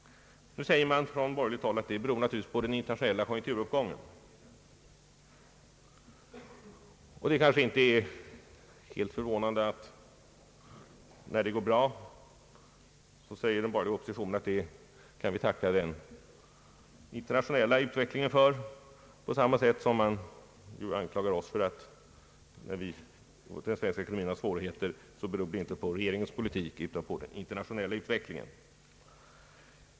Nu säger man från borgerligt håll att detta naturligtvis beror på den internationella konjunkturuppgången. Det är kanske inte helt förvånande att när det går bra säger den borgerliga oppositionen att det kan vi tacka den internationella utvecklingen för, på samma sätt som man anklagar oss för att försvara Oss när den svenska ekonomin har svårigheter med att dessa svårigheter enbart beror på den internationella utvecklingen.